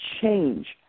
change